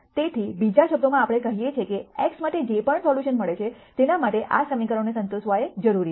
તેથી બીજા શબ્દોમાં આપણે કહીએ છીએ કે x માટે જે પણ સોલ્યુશન મળે છે તેના માટે આ સમીકરણને સંતોષવા એ જરૂરી છે